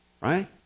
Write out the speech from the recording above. right